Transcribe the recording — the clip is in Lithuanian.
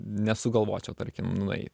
nesugalvočiau tarkim nueit